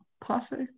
classic